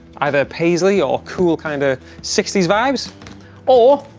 either paisley or cool kind of sixties vibes or